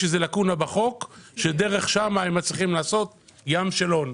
איזו לקונה בחוק ודרך שם הם מצליחים לעשות ים של הון.